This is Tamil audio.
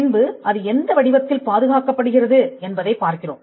பின்பு அது எந்த வடிவத்தில் பாதுகாக்கப்படுகிறது என்பதைப் பார்க்கிறோம்